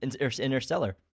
Interstellar